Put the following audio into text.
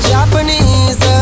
Japanese